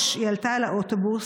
15:00 היא עלתה על האוטובוס,